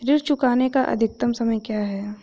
ऋण चुकाने का अधिकतम समय क्या है?